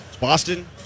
Boston